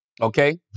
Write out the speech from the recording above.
Okay